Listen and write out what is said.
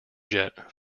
jet